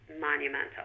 monumental